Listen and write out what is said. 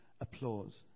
applause